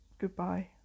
Goodbye